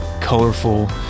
colorful